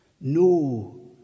no